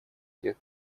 тех